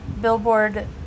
billboard